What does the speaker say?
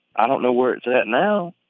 i don't know where it's at now.